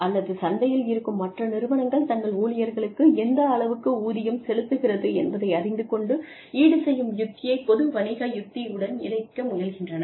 அல்லது சந்தையில் இருக்கும் மற்ற நிறுவனங்கள் தங்கள் ஊழியர்களுக்கு எந்த அளவுக்கு ஊதியம் செலுத்துகிறது என்பதை அறிந்து கொண்டு ஈடு செய்யும் யுக்தியை பொது வணிக யுக்தி உடன் இணைக்க முயல்கின்றனர்